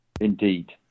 Indeed